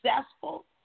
successful